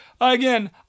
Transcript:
Again